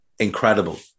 Incredible